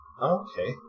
okay